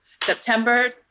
September